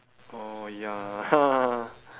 oh ya